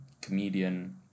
comedian